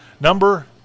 Number